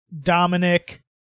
Dominic